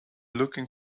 looking